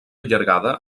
llargada